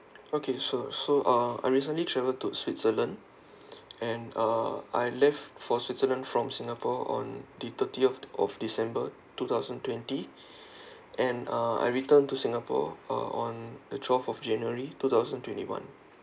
okay so so uh I recently travel to switzerland and uh I leave for switzerland from singapore on the thirtieth of december two thousand twenty and uh I returned to singapore uh on the twelfth of january two thousand twenty one